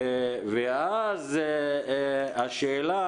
ואז השאלה